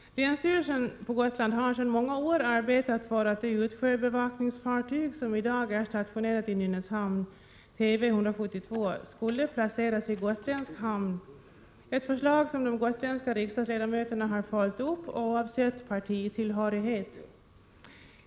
Länsstyrelsen på Gotland har sedan många år arbetat för att det utsjöbevakningsfartyg som i dag är stationerat i Nynäshamn, TV 172, skulle placeras i gotländsk hamn, ett förslag som de gotländska riksdagsledamöterna har följt upp oavsett partitillhörighet.